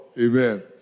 Amen